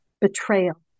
betrayal